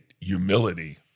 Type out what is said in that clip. humility